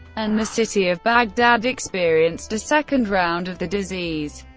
and the city of baghdad experienced a second round of the disease.